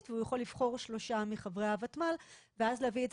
והוא יכול לבחור שלושה מחברי הוותמ"ל ואז להביא את